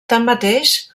tanmateix